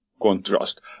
contrast